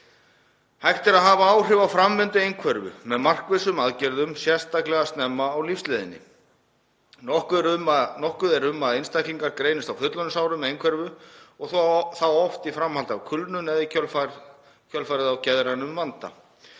Hægt er að hafa áhrif á framvindu einhverfu með markvissum aðgerðum, sérstaklega snemma á lífsleiðinni. Nokkuð er um að einstaklingar greinist á fullorðinsárum með einhverfu og þá oft í framhaldi af kulnun eða í kjölfarið á geðrænum vanda.